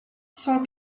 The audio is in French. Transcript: cent